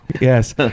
Yes